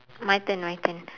my turn my turn